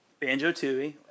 Banjo-Tooie